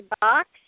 box